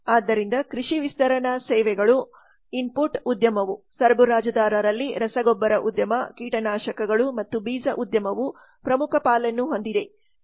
ಆದ್ದರಿಂದ ಕೃಷಿ ವಿಸ್ತರಣಾ ಸೇವೆಗಳು ಇನ್ಪುಟ್input ಒಳಹರಿವಿನ ಉದ್ಯಮವು ಸರಬರಾಜುದಾರರಲ್ಲಿ ರಸಗೊಬ್ಬರ ಉದ್ಯಮ ಕೀಟನಾಶಕಗಳು ಮತ್ತು ಬೀಜ ಉದ್ಯಮವು ಪ್ರಮುಖ ಪಾಲನ್ನು ಹೊಂದಿದೆ